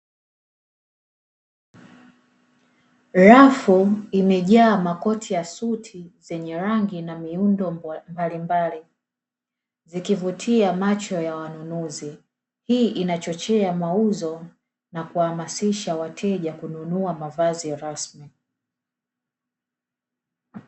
Rafu imejaa makoti ya suti zenye rangi na miundo mbalimbali zikivutia macho ya wanunuzi, hii inachochea mauzo na kuhamasisha wateja kununua mavazi rasmi.